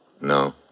No